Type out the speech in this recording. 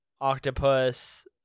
octopus